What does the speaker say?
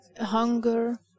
hunger